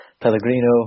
Pellegrino